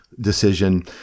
decision